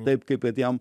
taip kaip vat jam